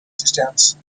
existence